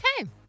Okay